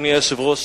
אדוני היושב-ראש,